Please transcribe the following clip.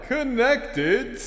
Connected